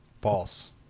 False